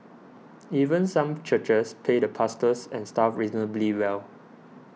even some churches pay the pastors and staff reasonably well